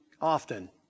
often